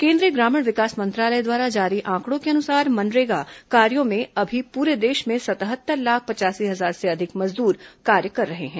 केन्द्रीय ग्रामीण विकास मंत्रालय द्वारा जारी आंकड़ों के अनुसार मनरेगा कार्यों में अभी पूरे देश में सतहत्तर लाख पचासी हजार से अधिक मजदूर कार्य कर रहे हैं